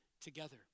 together